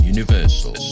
Universal